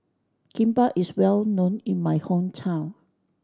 kimbap is well known in my hometown